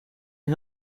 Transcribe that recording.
een